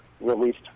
released